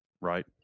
right